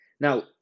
Now